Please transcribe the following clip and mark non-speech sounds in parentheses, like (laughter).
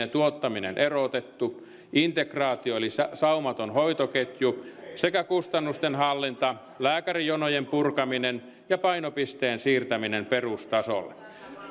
(unintelligible) ja tuottaminen erotettu integraatio eli saumaton hoitoketju sekä kustannusten hallinta lääkärijonojen purkaminen ja painopisteen siirtäminen perustasolle